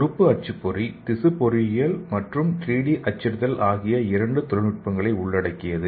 உறுப்பு அச்சுப்பொறி திசு பொறியியல் மற்றும் 3 டி அச்சிடுதல் ஆகிய இரண்டு தொழில்நுட்பங்களை உள்ளடக்கியது